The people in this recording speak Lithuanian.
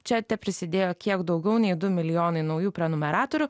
čia teprisidėjo kiek daugiau nei du milijonai naujų prenumeratorių